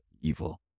evil